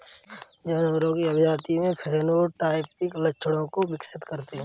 जानवरों की अभिजाती में फेनोटाइपिक लक्षणों को विकसित करते हैं